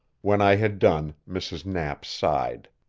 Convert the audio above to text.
when i had done mrs. knapp sighed.